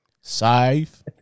Safe